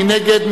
מי נגד?